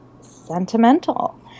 sentimental